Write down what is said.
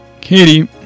Katie